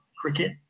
cricket